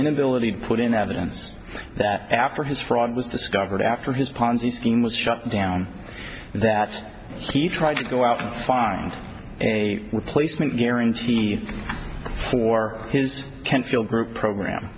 inability to put in evidence that after his fraud was discovered after his ponzi scheme was shut down that he tried to go out and find a replacement guaranteed for his canfield group program